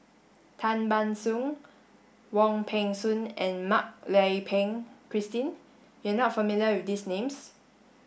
Tan Ban Soon Wong Peng Soon and Mak Lai Peng Christine you are not familiar with these names